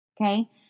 Okay